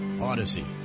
Odyssey